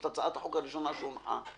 ישראל וזו הצעת החוק הראשונה שהונחה.